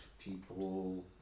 people